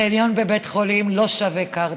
חניון בבית חולים לא שווה קרטיב,